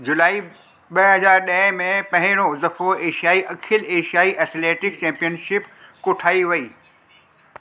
जुलाई ॿ हज़ार ॾह में पहिरियों दफ़ो एशियाई अखिल एशियाई एथलेटिक्स चैम्पियनशिप कोठाइ वई